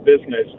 business